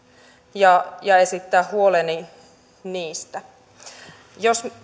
ja ja esittää huoleni niistä jos